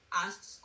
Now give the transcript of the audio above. ask